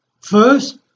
First